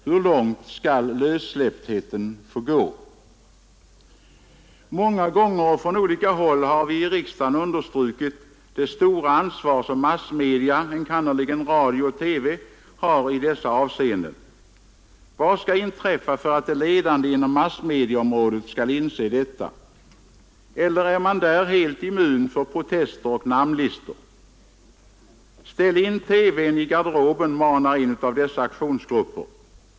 Hur långt skall lössläpptheten få gå? Många gånger och från olika håll har vi i riksdagen understrukit det stora ansvar som massmedia — enkannerligen radio och TV — har i dessa avseenden. Vad skall inträffa för att de ledande inom massmediaområdet skall inse detta? Eller är man där helt immun mot protester och namnlistor? ”Ställ in TV:n i garderoben! ” manar en aktionsgrupp.